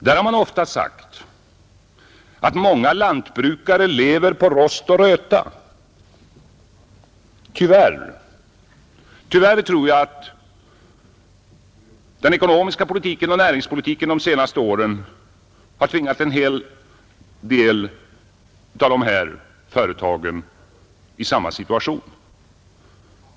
Det har ju ofta sagts att många lantbrukare lever på rost och röta. Tyvärr tror jag att den ekonomiska politiken och näringspolitiken de senaste åren har tvingat en hel del av de här företagarna in i samma situation.